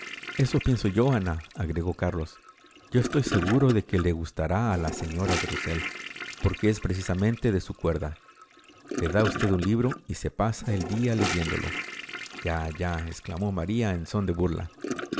eso pienso yo anaagregó carlos yo estoy seguro de que le gustará a la señora de rusell porque es precisamente de su cuerda le da usted un libro y se pasa el día leyéndolo ya yaexclamó maría en son de burla se sienta y